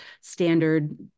standard